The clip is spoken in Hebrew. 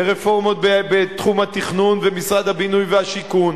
ברפורמות בתחום התכנון ומשרד הבינוי והשיכון.